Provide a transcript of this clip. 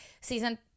season